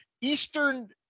Eastern